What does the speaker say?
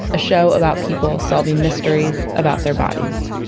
a show about people solving mysteries about their bodies